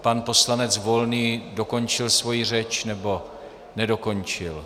Pan poslanec Volný dokončil svoji řeč, nebo nedokončil?